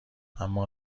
اما